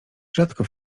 rzadko